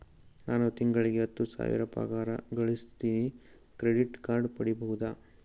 ನಾನು ತಿಂಗಳಿಗೆ ಹತ್ತು ಸಾವಿರ ಪಗಾರ ಗಳಸತಿನಿ ಕ್ರೆಡಿಟ್ ಕಾರ್ಡ್ ಪಡಿಬಹುದಾ?